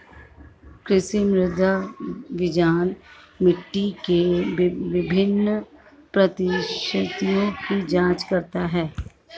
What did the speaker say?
कृषि मृदा विज्ञान मिट्टी के विभिन्न परिस्थितियों की जांच करता है